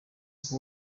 meddy